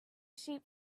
sheep